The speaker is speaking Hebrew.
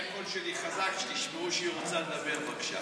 חברת הכנסת תמר זנדברג,